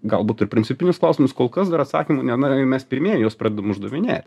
galbūt ir principinius klausimus kol kas dar atsakymų ne na mes pirmieji juos pradedam uždavinėt